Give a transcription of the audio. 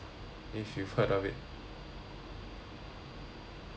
if you've heard of it